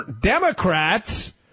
Democrats